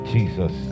Jesus